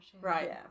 Right